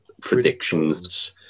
predictions